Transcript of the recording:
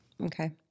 okay